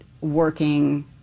working